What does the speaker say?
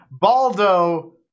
Baldo